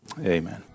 amen